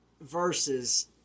verses